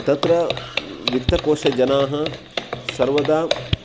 तत्र वित्तकोषे जनाः सर्वदा